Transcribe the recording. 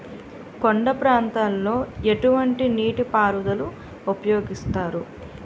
కొండ ప్రాంతాల్లో ఎటువంటి నీటి పారుదల ఉపయోగిస్తారు?